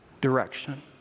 direction